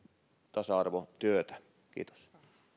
tasa arvotyötä kiitos